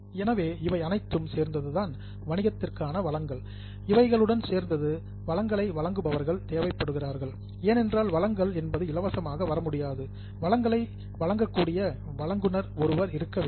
எனவே இவை அனைத்தும் சேர்ந்ததுதான் வணிகத்திற்கான வளங்கள் இவைகளுடன் சேர்ந்தது வளங்களை வழங்குபவர்கள் தேவைப்படுகிறார்கள் ஏனென்றால் வளங்கள் என்பது இலவசமாக வர முடியாது வளங்களை வழங்கக்கூடிய வழங்குநர் ஒருவர் இருக்க வேண்டும்